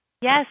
Yes